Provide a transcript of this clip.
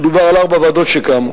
פה דובר על ארבע ועדות שקמו,